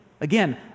Again